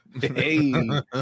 hey